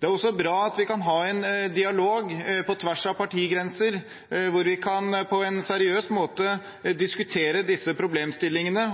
Det er også bra at vi kan ha en dialog på tvers av partigrenser, hvor vi på en seriøs og ikke minst åpen måte kan diskutere disse problemstillingene.